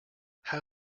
how